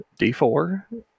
D4